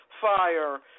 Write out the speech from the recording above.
Fire